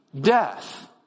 Death